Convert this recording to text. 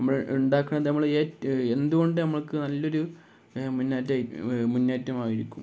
നമ്മളുണ്ടാക്കണം നമ്മള് എന്തുകൊണ്ടും നമുക്ക് നല്ലയൊരു മുന്നേറ്റമായിരിക്കും